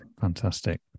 Fantastic